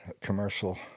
commercial